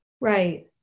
Right